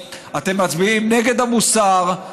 אתם מצביעים נגד המוסר,